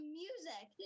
music